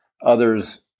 others